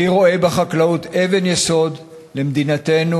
אני רואה בחקלאות אבן יסוד של מדינתנו,